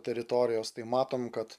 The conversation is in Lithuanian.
teritorijos tai matom kad